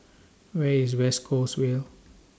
Where IS West Coasts Vale